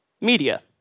media